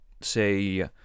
say